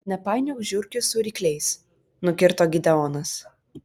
nepainiok žiurkių su rykliais nukirto gideonas